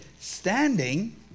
standing